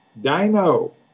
Dino